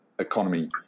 economy